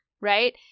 Right